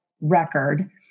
record